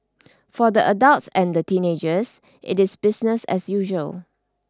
for the adults and the teenagers it is business as usual